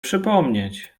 przypomnieć